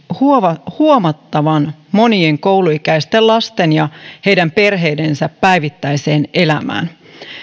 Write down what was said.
huomattavan huomattavan monien kouluikäisten lasten ja heidän perheidensä päivittäiseen elämään